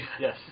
Yes